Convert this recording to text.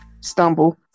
stumble